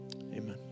Amen